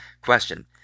Question